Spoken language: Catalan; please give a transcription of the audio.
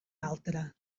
altre